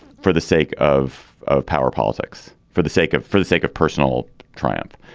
for the sake of of power politics for the sake of for the sake of personal triumph.